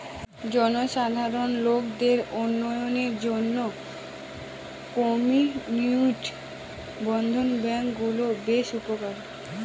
জনসাধারণ লোকদের উন্নয়নের জন্য কমিউনিটি বর্ধন ব্যাঙ্কগুলা বেশ উপকারী